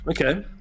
okay